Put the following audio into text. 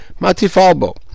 matifalbo